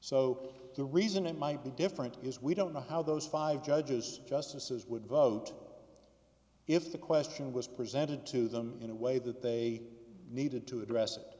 so the reason it might be different is we don't know how those five judges justices would vote if the question was presented to them in a way that they needed to address it